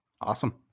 Awesome